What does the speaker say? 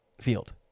field